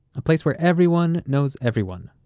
a place where everyone knows everyone,